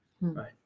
Right